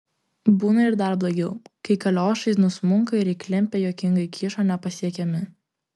būna ir dar blogiau kai kaliošai nusmunka ir įklimpę juokingai kyšo nepasiekiami